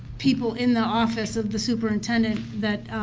people in the office of the superintendent that,